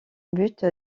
but